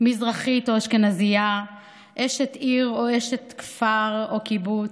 מזרחית או אשכנזייה, אשת עיר או אשת כפר או קיבוץ,